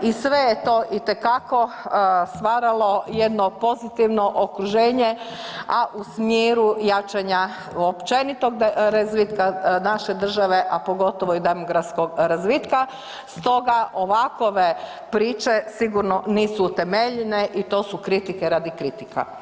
I sve je to itekako stvaralo jedno pozitivno okruženje a u smjeru jačanja općenitog razvitka naše države a pogotovo i demografskog razvitka stoga ovakve priče sigurno nisu utemeljene i to su kritike radi kritika.